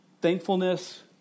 thankfulness